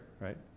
right